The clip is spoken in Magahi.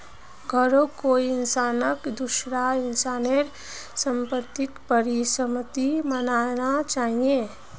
घरौंक कोई इंसानक दूसरा इंसानेर सम्पत्तिक परिसम्पत्ति मानना चाहिये